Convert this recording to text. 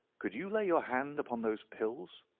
could you lay your hand upon those pills?